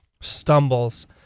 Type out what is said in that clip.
stumbles